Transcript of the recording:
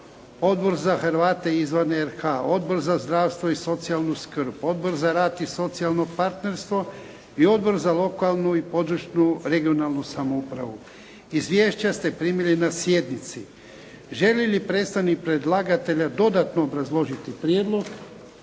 Odbor za Hrvate izvan RH, Odbor za zdravstvo i socijalnu skrb, Odbor za rad i socijalno partnerstvo i Odbor za lokalnu i područnu (regionalnu) samoupravu. Izvješća ste primili na sjednici. Želi li predstavnik predlagatelja dodatno obrazložiti prijedlog?